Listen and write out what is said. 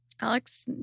Alex